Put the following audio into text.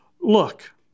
Look